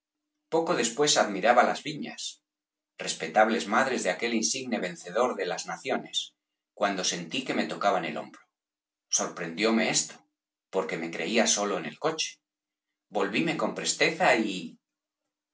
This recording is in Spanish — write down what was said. poco después admiraba las viñas respeb pérez galdós tables madres de aquel insigne vencedor de las naciones cuando sentí que me tocaban el hombro sorprendióme esto porque me creía solo en el coche volvíme con presteza y